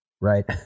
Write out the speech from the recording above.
right